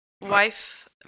wife